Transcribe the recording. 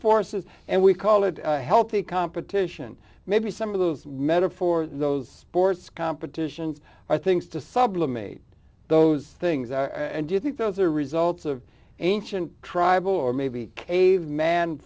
forces and we call it healthy competition maybe some of the metaphor those sports competitions are things to sublet made those things do you think those are results of ancient tribal or maybe caveman